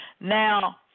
Now